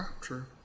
True